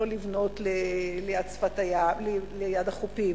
לא לבנות ליד החופים,